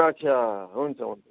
अच्छा हुन्छ हुन्छ